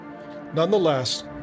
Nonetheless